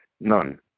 None